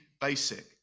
basic